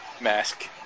mask